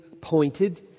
pointed